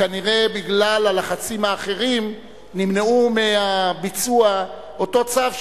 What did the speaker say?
כנראה בגלל הלחצים האחרים נמנעו מביצוע אותו צו,